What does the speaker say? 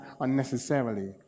unnecessarily